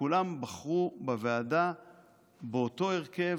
כולן בחרו בוועדה באותו הרכב,